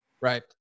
Right